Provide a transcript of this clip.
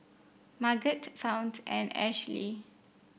Margot Fount and Ashli